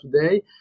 today